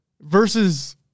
Versus